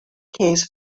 case